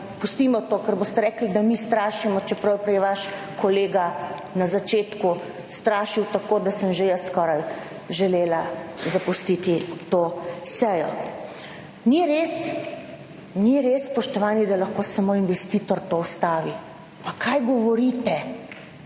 pustimo to, ker boste rekli, da mi strašimo, čeprav je prej vaš kolega na začetku strašil, tako da sem že jaz skoraj želela zapustiti to sejo. Ni res, ni res, spoštovani, da lahko samo investitor to ustavi. Pa kaj govorite.